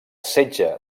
setge